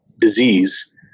disease